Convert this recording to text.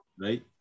Right